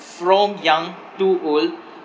from young to old